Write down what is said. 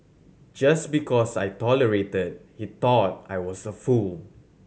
just because I tolerated he thought I was a fool